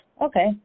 Okay